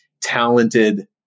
talented